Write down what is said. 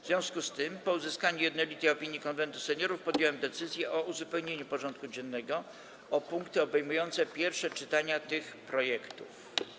W związku z tym, po uzyskaniu jednolitej opinii Konwentu Seniorów, podjąłem decyzję o uzupełnieniu porządku dziennego o punkty obejmujące pierwsze czytania tych projektów.